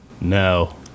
no